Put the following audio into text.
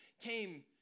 came